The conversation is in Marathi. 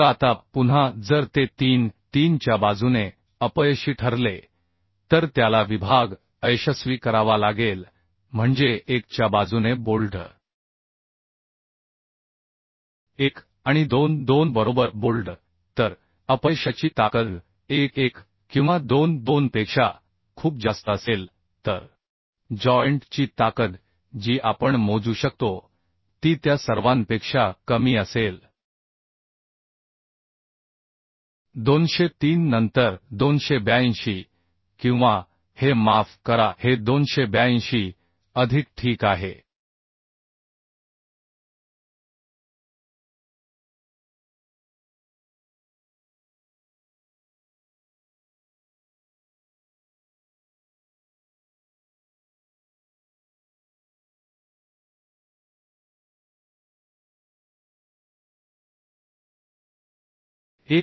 तर आता पुन्हा जर ते 3 3 च्या बाजूने अपयशी ठरले तर त्याला विभाग अयशस्वी करावा लागेल म्हणजे 1 च्या बाजूने बोल्ट 1 आणि 2 2 बरोबर बोल्ट तर अपयशाची ताकद 1 1 किंवा 2 2 पेक्षा खूप जास्त असेल तर जॉइंट ची ताकद जी आपण मोजू शकतो ती त्या सर्वांपेक्षा कमी असेल 203 नंतर 282 किंवा हे माफ करा हे 282 अधिक ठीक आहे